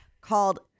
called